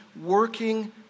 working